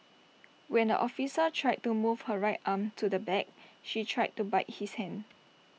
when the officer tried to move her right arm to the back she tried to bite his hand